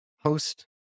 host